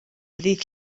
ddydd